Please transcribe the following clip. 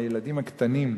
הילדים הקטנים,